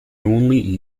only